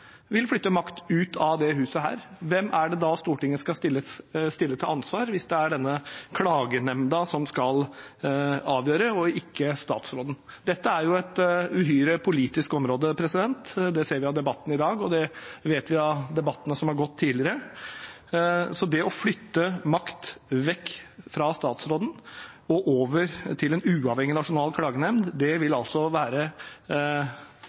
vil flytte makt ut av dette huset. Hvem er det da Stortinget skal stille til ansvar hvis det er denne klagenemnda som skal avgjøre, og ikke statsråden? Dette er jo et uhyre politisk område. Det ser vi av debatten i dag, og det vet vi av debattene som har gått tidligere, så det å flytte makt vekk fra statsråden og over til en uavhengig, nasjonal klagenemnd vil være